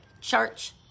Church